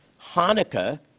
Hanukkah